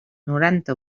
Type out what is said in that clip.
noranta